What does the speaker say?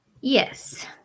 Yes